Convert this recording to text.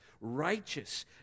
righteous